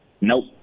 Nope